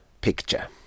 picture